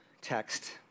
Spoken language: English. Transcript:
text